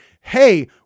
hey